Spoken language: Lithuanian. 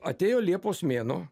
atėjo liepos mėnuo